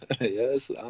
Yes